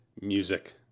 music